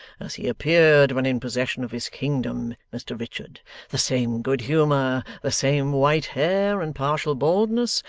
as he appeared when in possession of his kingdom, mr richard the same good humour, the same white hair and partial baldness,